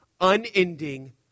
unending